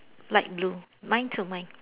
light blue mine too mine